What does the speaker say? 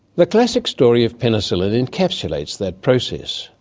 the classic story of penicillin encapsulates that process.